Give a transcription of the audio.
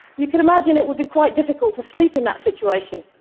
you could imagine it would be quite difficult to sleep in that situation,